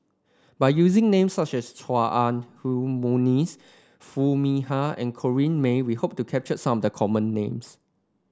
by using names such as Chua Ah Huwa Monica Foo Mee Har and Corrinne May we hope to capture some of the common names